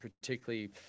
particularly